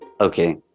Okay